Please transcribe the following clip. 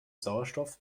sauerstoff